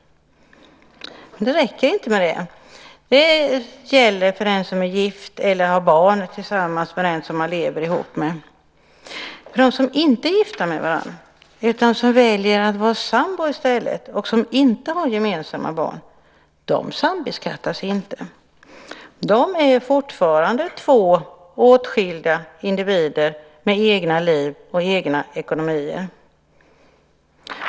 Men det räcker inte med det. Det gäller för den som är gift eller har barn tillsammans med den som man lever ihop med. De som inte är gifta med varandra utan som väljer att vara sambo i stället och som inte har gemensamma barn - de sambeskattas inte! De är fortfarande två åtskilda individer med egna liv och egna ekonomier.